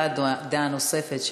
הבעת דעה נוספת,